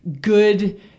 good